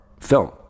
film